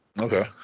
Okay